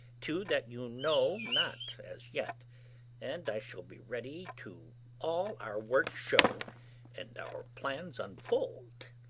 two that you know not as yet and i shall be ready to all our work show and our plans unfold.